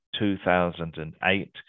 2008